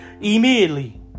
immediately